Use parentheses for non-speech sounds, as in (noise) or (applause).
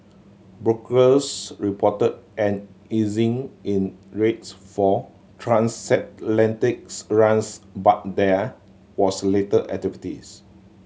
brokers reported an easing in rates for transatlantic (unintelligible) runs but there was little activities